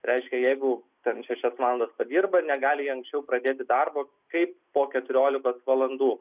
reiškia jeigu ten šešias valandas padirba negali jie anksčiau pradėti darbo kai po keturiolikos valandų